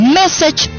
message